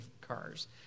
cars